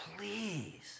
please